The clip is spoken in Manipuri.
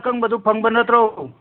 ꯑꯀꯪꯕꯗꯣ ꯐꯪꯕ ꯅꯠꯇ꯭ꯔꯣ